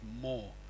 more